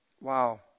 Wow